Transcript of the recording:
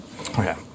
Okay